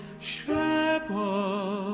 shepherd